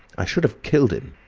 i should have killed him!